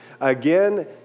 again